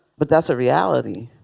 but that's a reality.